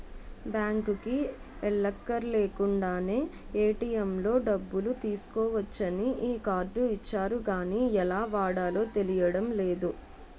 బాంకుకి ఎల్లక్కర్లేకుండానే ఏ.టి.ఎం లో డబ్బులు తీసుకోవచ్చని ఈ కార్డు ఇచ్చారు గానీ ఎలా వాడాలో తెలియడం లేదు